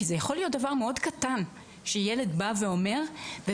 כי זה יכול להיות דבר מאוד קטן שילד בא ואומר ובעצם